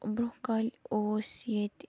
برونٛہہ کالہِ اوس ییٚتہِ